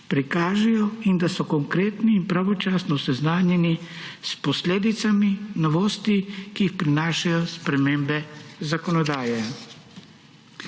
prikažejo, da so konkretno in pravočasno seznanjeni s posledicami novosti, ki jih prinašajo spremembe zakonodaje.